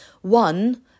one